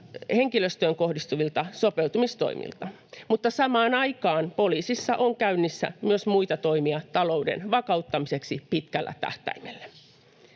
henkilöstöön kohdistuvilta sopeutumistoimilta, mutta samaan aikaan poliisissa on käynnissä myös muita toimia talouden vakauttamiseksi pitkällä tähtäimellä.